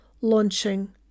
launching